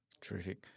Terrific